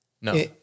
No